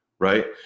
Right